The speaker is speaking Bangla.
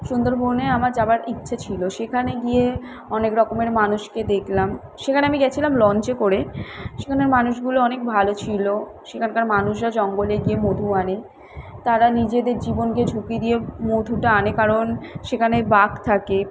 সুন্দরবনে আমার যাওয়ার ইচ্ছে ছিল সেখানে গিয়ে অনেক রকমের মানুষকে দেখলাম সেখানে আমি গিয়েছিলাম লঞ্চে করে সেখানের মানুষগুলো অনেক ভালো ছিল সেখানকার মানুষরা জঙ্গলে গিয়ে মধু আনে তারা নিজেদের জীবনকে ঝুঁকি দিয়ে মধুটা আনে কারণ সেখানে বাঘ থাকে